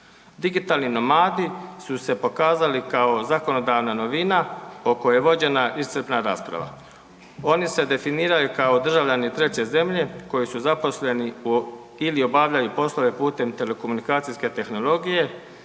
Digitalni nomadi su se pokazali kao zakonodavna novina o kojoj je vođena iscrpna rasprava. Oni se definiraju kao državljani treće zemlje koji su zaposleni ili obavljaju poslove putem telekomunikacijske tehnologije